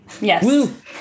Yes